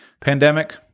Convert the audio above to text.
Pandemic